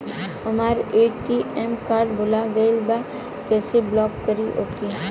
हमार ATM card भूला गईल बा कईसे ब्लॉक करी ओके?